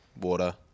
water